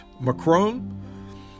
Macron